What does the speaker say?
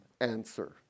answer